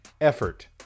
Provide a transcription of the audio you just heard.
effort